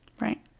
Right